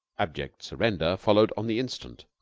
abject surrender followed on the instant.